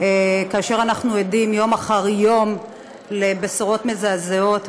כאשר אנחנו עדים יום אחר יום לבשורות מזעזעות,